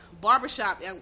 barbershop